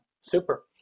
super